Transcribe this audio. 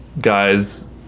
guy's